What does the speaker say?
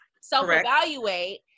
self-evaluate